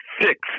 six